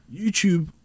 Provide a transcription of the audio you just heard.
YouTube